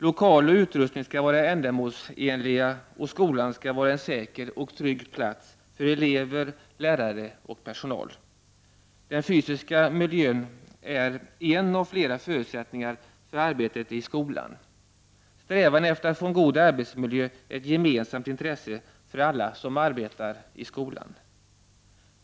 Lokaler och utrustning skall vara ändamålsenliga, och skolan skall vara en säker och trygg plats för elever, lärare och personal. Den fysiska miljön är en av flera förutsättningar för arbetet i skolan. Strävan efter att få en god arbetsmiljö är ett gemensamt intresse för alla som arbetar i skolan.